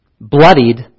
bloodied